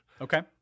Okay